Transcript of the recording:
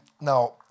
Now